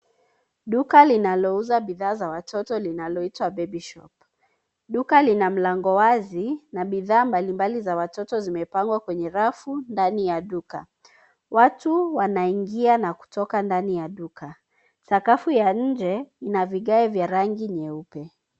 Duka linalouza bidhaa za watoto linaloitwa, baby shop. Duka lina mlango wazi na bidhaa mbalimbali za watoto zimepangwa kwenye rafu ndani ya duka. Watu wanaingia na kutoka ndani ya duka. Sakafu ya nje ina vigae vya rangi nyeupe.